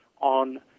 on